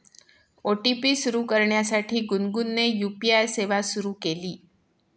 OTP सुरू करण्यासाठी गुनगुनने यू.पी.आय सेवा सुरू केली